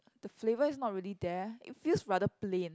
the flavour is not really there it feels rather plain